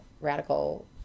radical